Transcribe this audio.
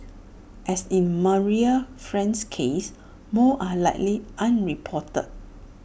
as in Marie's friend's case more are likely unreported